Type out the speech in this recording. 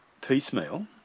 piecemeal